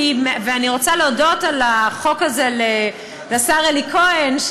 ואני רוצה להודות על החוק הזה לשר אלי כהן,